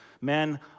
Men